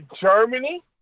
Germany